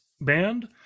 band